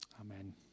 Amen